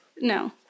no